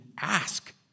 ask